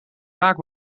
vaak